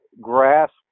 grasp